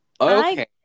Okay